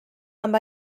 amb